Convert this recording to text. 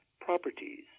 properties